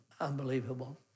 unbelievable